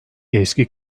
eski